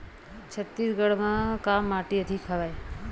छत्तीसगढ़ म का माटी अधिक हवे?